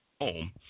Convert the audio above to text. home